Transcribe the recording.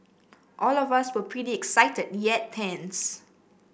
all of us were pretty excited yet tense